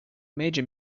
major